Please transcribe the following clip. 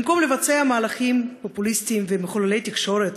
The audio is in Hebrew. במקום לבצע מהלכים פופוליסטיים ומחוללי תקשורת